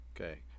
Okay